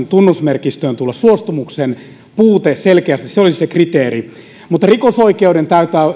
tunnusmerkistöön tulla suostumuksen puute että selkeästi se olisi se kriteeri rikosoikeuden